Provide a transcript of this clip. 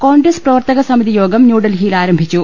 കോൺഗ്രസ് പ്രവർത്തകസ്ഥമിതിയോഗം ന്യൂഡൽഹിയിൽ ആരംഭിച്ചു